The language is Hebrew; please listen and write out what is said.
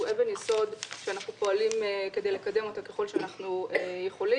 אבן יסוד שאנחנו פועלים כדי לקדם אותה ככל שאנחנו יכולים.